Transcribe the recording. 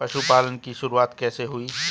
पशुपालन की शुरुआत कैसे हुई?